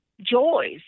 joys